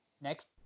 Next